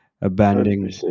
abandoning